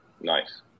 Nice